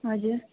हजुर